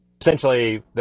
Essentially